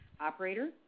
Operator